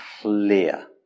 clear